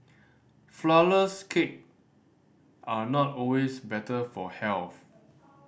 flourless cake are not always better for health